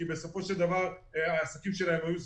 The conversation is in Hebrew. כי בסופו של דבר העסקים שלהם היו סגורים.